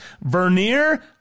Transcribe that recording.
Vernier